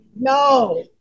no